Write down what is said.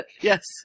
Yes